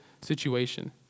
situation